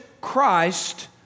Christ